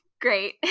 great